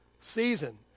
season